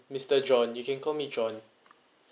mister john you can call me john